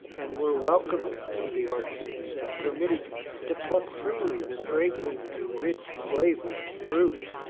and were welcomed to the orchards and permitted to pluck freely the fragrant and rich flavored fruit,